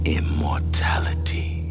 immortality